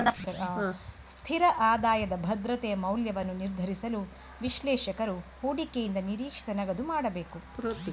ಸ್ಥಿರ ಆದಾಯದ ಭದ್ರತೆಯ ಮೌಲ್ಯವನ್ನು ನಿರ್ಧರಿಸಲು, ವಿಶ್ಲೇಷಕರು ಹೂಡಿಕೆಯಿಂದ ನಿರೀಕ್ಷಿತ ನಗದು ಮಾಡಬೇಕು